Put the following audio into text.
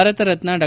ಭಾರತರತ್ನ ಡಾ